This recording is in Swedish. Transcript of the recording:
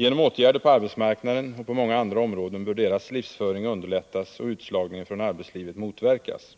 Genom åtgärder på arbetsmarknaden och på många andra områden bör deras livsföring underlättas och utslagningen från arbetslivet motverkas.